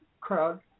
crowd